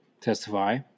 testify